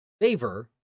favor